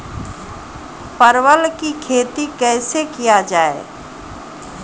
परवल की खेती कैसे किया जाय?